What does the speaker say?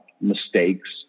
mistakes